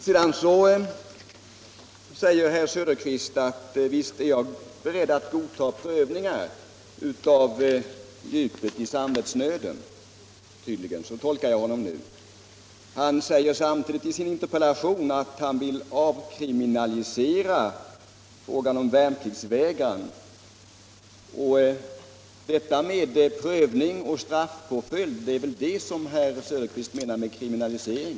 Sedan säger herr Söderqvist att han är beredd att godta en prövning av djupet i samvetsnöden — så tolkar jag honom nu. Han säger samtidigt i sin interpellation att han vill avkriminalisera värnpliktsvägran. Men detta med prövning och straffpåföljd är väl vad herr Söderqvist menar med kriminalisering?